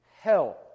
hell